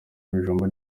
ibijumba